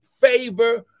favor